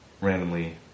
randomly